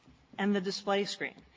and the display screen.